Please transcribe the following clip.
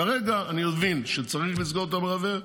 כרגע אני מבין שצריך לסגור את המרבב.